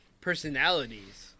personalities